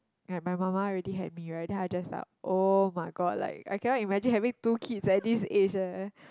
like my mama already had me right then I like up oh-my-god like I cannot imagine having two kids at this age eh